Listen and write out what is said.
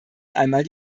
einmal